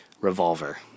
revolver